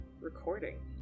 recording